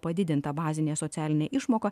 padidinta bazinė socialinė išmoka